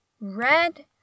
red